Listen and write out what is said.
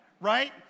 right